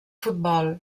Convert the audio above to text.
futbol